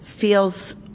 feels